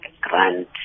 grant